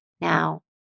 Now